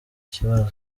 kibazo